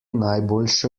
najboljše